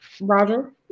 Roger